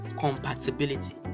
Compatibility